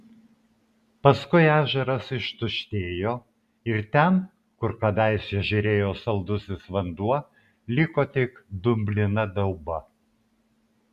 paskui ežeras ištuštėjo ir ten kur kadaise žėrėjo saldusis vanduo liko tik dumblina dauba